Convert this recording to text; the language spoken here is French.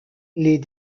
les